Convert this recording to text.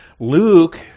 Luke